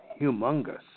humongous